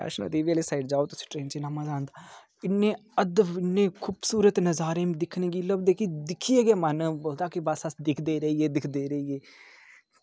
वैष्णो देवी आह्ली साइड तुस जाओ ट्रेन च इ'न्ना मज़ा आंदा कि इन्ने अदभुत इ'न्ने खूबसूरत नज़ारे दिक्खने गी लभदे कि दिक्खियै गै मन बोलदा कि बस अस दिखदे रेहियै दिखदे रेहियै